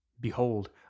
Behold